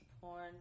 porn